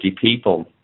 people